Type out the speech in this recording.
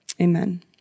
Amen